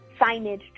signage